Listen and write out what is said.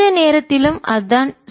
எந்த நேரத்திலும் அது தான்